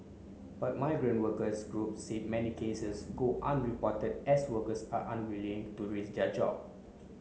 but migrant workers groups said many cases go unreported as workers are unwilling to risk their job